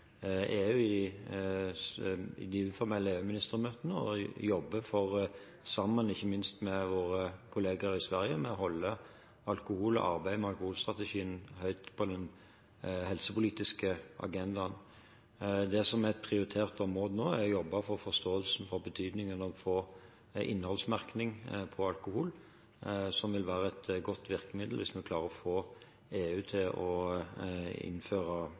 EU i de formelle EU-ministermøtene og jobber for, sammen med ikke minst med våre kolleger i Sverige, å holde alkohol og arbeidet med alkoholstrategien høyt på den helsepolitiske agendaen. Det som er et prioritert område nå, er å jobbe for forståelsen av betydningen av å få innholdsmerking på alkohol, som vil være et godt virkemiddel hvis vi klarer å få EU til å innføre